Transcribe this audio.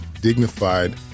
dignified